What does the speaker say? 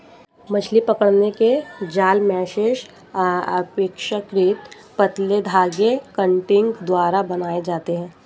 मछली पकड़ने के जाल मेशेस अपेक्षाकृत पतले धागे कंटिंग द्वारा बनाये जाते है